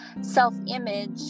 self-image